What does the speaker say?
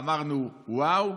אמרנו, ואו,